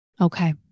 Okay